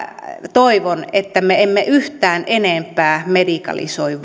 toivon että me emme yhtään enempää medikalisoi